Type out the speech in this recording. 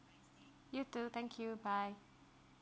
you too thank you bye